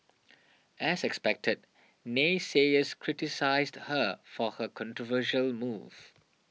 as expected naysayers criticised her for her controversial move